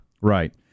Right